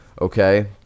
okay